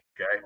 Okay